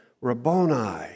Rabboni